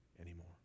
anymore